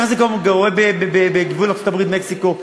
כך זה קורה בגבול ארצות-הברית מקסיקו,